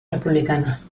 republicana